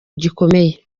gikomeye